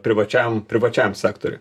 privačiam privačiam sektoriui